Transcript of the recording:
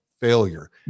failure